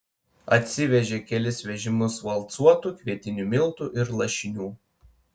atsivežė kelis vežimus valcuotų kvietinių miltų ir lašinių